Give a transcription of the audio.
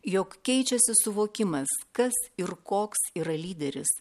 jog keičiasi suvokimas kas ir koks yra lyderis